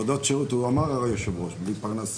עבודות שירות, אמר היושב ראש, בלי פרנסה.